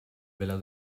vela